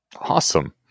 Awesome